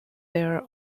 their